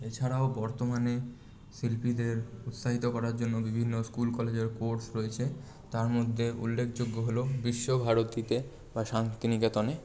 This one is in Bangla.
এছাড়াও বর্তমানে শিল্পীদের উৎসাহিত করার জন্য বিভিন্ন স্কুল কলেজের কোর্স রয়েছে তার মধ্যে উল্লেখযোগ্য হলো বিশ্বভারতীতে বা শান্তিনিকেতনে